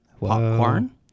popcorn